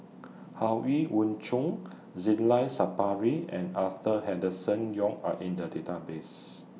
Chong Zainal Sapari and Arthur Henderson Young Are in The Database